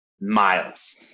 miles